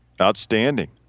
Outstanding